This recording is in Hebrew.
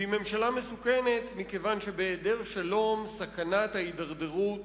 היא ממשלה מסוכנת מכיוון שבהעדר שלום סכנת ההידרדרות